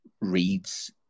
reads